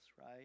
right